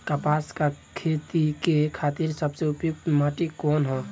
कपास क खेती के खातिर सबसे उपयुक्त माटी कवन ह?